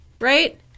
right